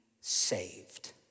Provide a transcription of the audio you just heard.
Saved